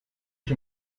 ich